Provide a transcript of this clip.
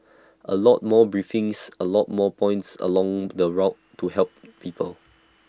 A lot more briefings A lot more points along the rot to help people